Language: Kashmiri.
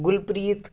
گُلپریٖت